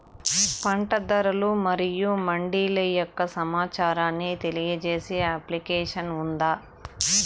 పంట ధరలు మరియు మండీల యొక్క సమాచారాన్ని తెలియజేసే అప్లికేషన్ ఉందా?